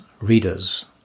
readers